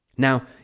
Now